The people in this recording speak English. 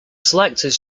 selectors